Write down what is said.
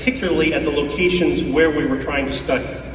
particularly at the locations where we were trying to study.